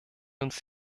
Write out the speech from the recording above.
uns